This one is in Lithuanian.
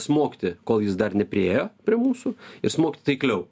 smogti kol jis dar nepriėjo prie mūsų ir smogti taikliau